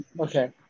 Okay